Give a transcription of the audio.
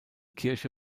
kirche